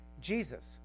Jesus